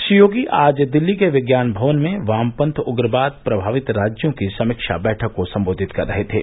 श्री योगी आज दिल्ली के विज्ञान भवन में वामपंथ उग्रवाद प्रमावित राज्यों की समीक्षा बैठक को सम्बोधित कर रहे थे